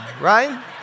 right